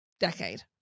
decade